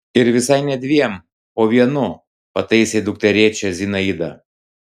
ir visai ne dviem o vienu pataisė dukterėčią zinaida